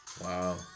Wow